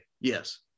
Yes